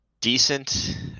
decent